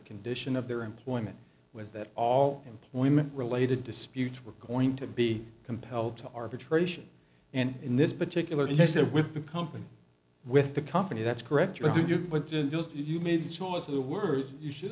condition of their employment was that all employment related disputes were going to be compelled to arbitration and in this particular he said with the company with the company that's correct you had to deal with just you made the choice of the word you should